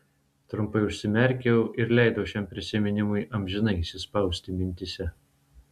trumpai užsimerkiau ir leidau šiam prisiminimui amžinai įsispausti mintyse